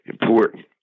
important